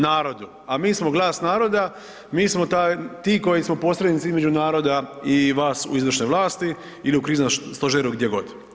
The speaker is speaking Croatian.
Narodu, a mi smo glas naroda, mi smo ti koji smo posrednici između naroda i vas u izvršnoj vlasti ili u kriznom stožeru gdjegod.